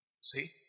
See